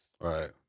Right